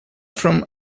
from